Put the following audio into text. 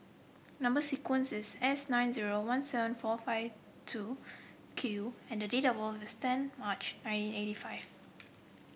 number sequence is S nine zero one seven four five two Q and date of birth is ten March nineteen eighty five